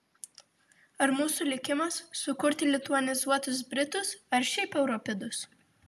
ar mūsų likimas sukurti lituanizuotus britus ar šiaip europidus